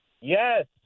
Yes